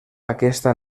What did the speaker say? aquesta